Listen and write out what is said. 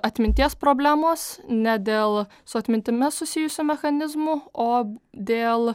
atminties problemos ne dėl su atmintimi susijusių mechanizmų o dėl